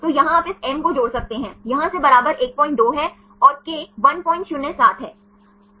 तो यहाँ आप इस M को जोड़ सकते हैं यहाँ से बराबर 12 है और K 107 है